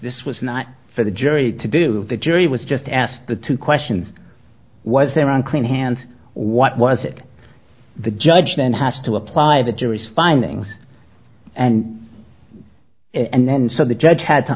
this was not for the jury to do the jury was just asked the two questions was there on clean hand what was it the judge then has to apply the jury's findings and and then so the judge had to